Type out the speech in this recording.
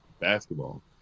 basketball